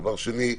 דבר שני,